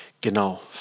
Genau